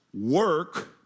work